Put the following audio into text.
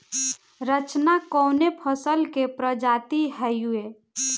रचना कवने फसल के प्रजाति हयुए?